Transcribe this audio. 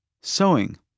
Sewing